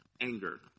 anger